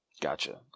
Gotcha